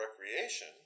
recreation